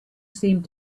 seemed